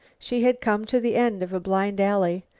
she had come to the end of a blind alley.